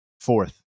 fourth